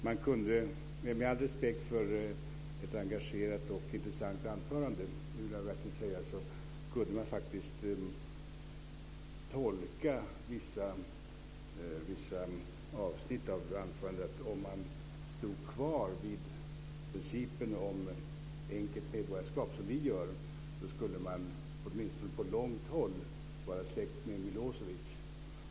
Fru talman! Med all respekt för ett engagerat och intressant anförande - det vill jag verkligen säga - kunde man faktiskt tolka vissa avsnitt av anförandet så att om man stod kvar vid principen om enkelt medborgarskap, som vi gör, så skulle man åtminstone på långt håll vara släkt med Milosevic.